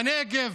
בנגב,